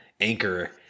Anchor